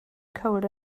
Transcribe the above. cold